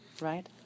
right